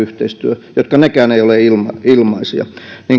rakenteellinen yhteistyö jotka nekään eivät ole ilmaisia